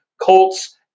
Colts